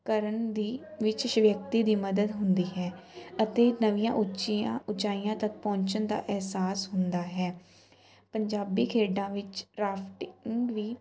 ਕਰਨ ਦੀ ਵਿਸ਼ੇਸ਼ ਵਿਅਕਤੀ ਦੀ ਮੱਦਦ ਹੁੰਦੀ ਹੈ ਅਤੇ ਨਵੀਆਂ ਉੱਚੀਆਂ ਉੱਚਾਈਆਂ ਤੱਕ ਪਹੁੰਚਣ ਦਾ ਅਹਿਸਾਸ ਹੁੰਦਾ ਹੈ ਪੰਜਾਬੀ ਖੇਡਾਂ ਵਿੱਚ ਰਾਫਟਿੰਗ ਵੀ